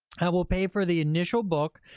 i will pay for the initial book,